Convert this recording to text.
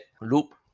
loop